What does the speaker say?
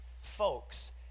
folks